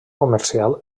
comercial